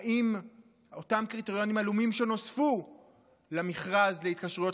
אם אותם קריטריונים עלומים שנוספו למכרז להתקשרויות